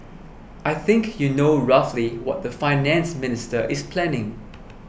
I think you know roughly what the Finance Minister is planning